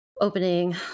opening